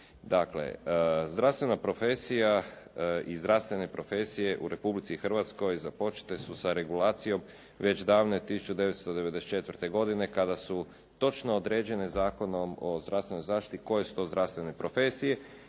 Dakle, zdravstvena profesija i zdravstvene profesije u Republike Hrvatskoj započete su sa regulacijom već davne 1994. godine kada su točno određene Zakonom o zdravstvenoj zaštiti koje su to zdravstvene profesije